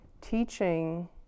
teaching